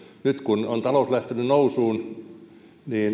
nyt kun on talous lähtenyt nousuun